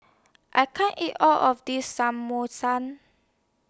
I can't eat All of This Samosa